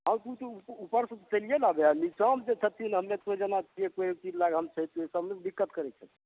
आब तऽ ओ तऽ ऊपर से उतरिए रहलै हँ नीचाँमे जे छथिन हम्मे तोइ जेना छियै कोइ अथीमे लगल छै से सब ने दिक्कत करै छै